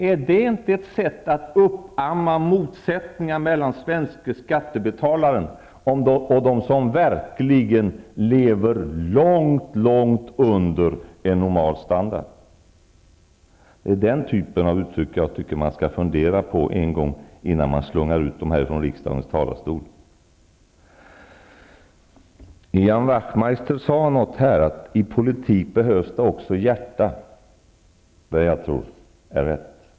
Är inte det ett sätt att uppamma motsättningar mellan svenska skattebetalare och dem som verkligen lever långt under en normal standard? Det är den typen av uttryck som jag tycker att man skall fundera på innan man slungar ut dem från riksdagens talarstol. Ian Wachtmeister sade att i politik behövs det också hjärta. Det är rätt.